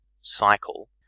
cycle